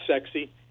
sexy